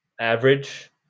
average